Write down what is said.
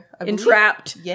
Entrapped